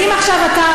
אם עכשיו אתה,